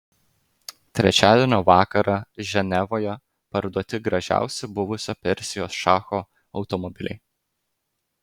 trečiadienio vakarą ženevoje parduoti gražiausi buvusio persijos šacho automobiliai